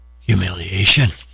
humiliation